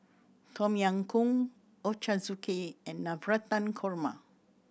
Tom Yam Goong Ochazuke and Navratan Korma